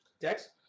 Dex